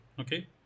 Okay